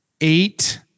eight